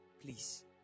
Please